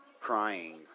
crying